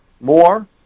more